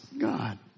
God